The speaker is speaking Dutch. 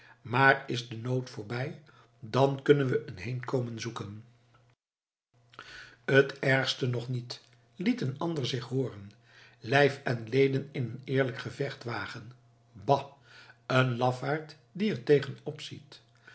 maar is de nood voorbij dan kunnen we een heenkomen zoeken het ergste nog niet liet een ander zich hooren lijf en leven in een eerlijk gevecht wagen bah een lafaard die er tegen opziet